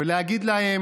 ולהגיד לה: